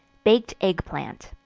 baked egg plant.